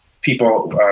people